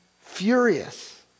furious